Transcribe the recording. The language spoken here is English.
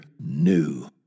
new